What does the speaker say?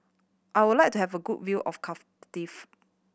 I would like to have a good view of Cardiff